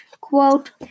quote